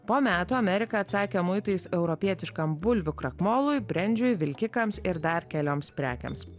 po metų amerika atsakė muitais europietiškam bulvių krakmolui brendžiui vilkikams ir dar kelioms prekėms